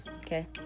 okay